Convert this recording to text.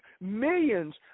millions